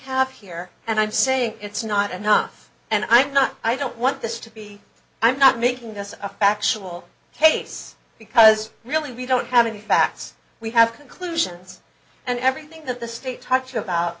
have here and i'm saying it's not enough and i'm not i don't want this to be i'm not making this a factual case because really we don't have any facts we have conclusions and everything that the state talked about